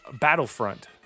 Battlefront